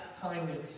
kindness